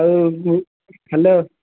ଆଉ ହ୍ୟାଲୋ